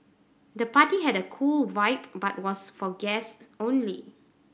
the party had a cool vibe but was for guests only